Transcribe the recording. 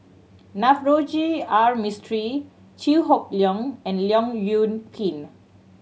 Navroji R Mistri Chew Hock Leong and Leong Yoon Pin